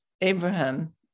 Abraham